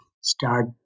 start